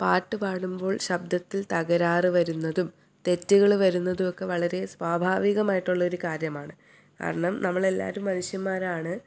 പാട്ട് പാടുമ്പോൾ ശബ്ദത്തിൽ തകരാറ് വരുന്നതും തെറ്റുകൾ വരുന്നതും ഒക്കെ വളരെ സ്വാഭാവികമായിട്ടുള്ളൊരു കാര്യമാണ് കാരണം നമ്മൾ എല്ലാവരും മനുഷ്യന്മാരാണ്